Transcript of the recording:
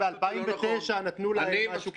אמרת ב-2009 נתנו להם משהו קטן.